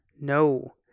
No